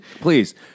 Please